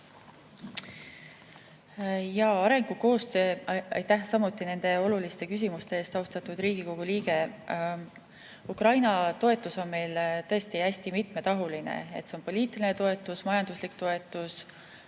pinnalt. Aitäh nende oluliste küsimuste eest, austatud Riigikogu liige! Ukraina toetus on meil tõesti hästi mitmetahuline: see on poliitiline toetus, majanduslik toetus,